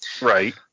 right